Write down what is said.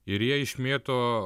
ir jie išmėto